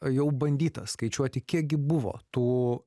jau bandyta skaičiuoti kiek gi buvo tų